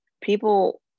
people